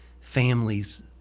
families